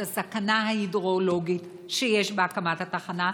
את הסכנה ההידרולוגית שיש בהקמת התחנה,